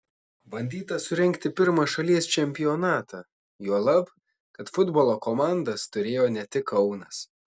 bandyta surengti pirmą šalies čempionatą juolab kad futbolo komandas turėjo ne tik kaunas